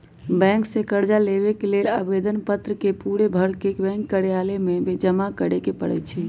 bank से कर्जा लेबे के लेल आवेदन पत्र के पूरे भरके बैंक कर्जालय में जमा करे के परै छै